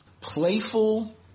playful